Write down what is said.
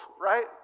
right